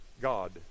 God